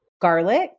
garlic